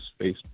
Facebook